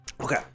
Okay